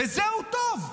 בזה הוא טוב,